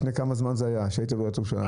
לפני כמה זמן זה היה שהיית בעיריית ירושלים?